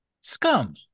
Scum